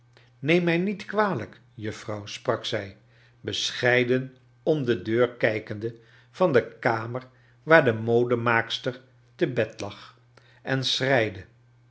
neein mij niet kwahjk juffrouw sprak zij bescheiden om de deur kijkende van de kamer waar de modemaakster te bed lag en